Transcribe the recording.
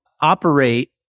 operate